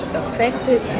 affected